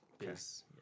Yes